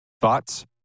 Thoughts